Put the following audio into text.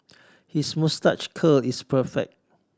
his moustache curl is perfect